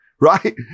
right